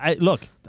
Look